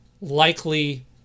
likely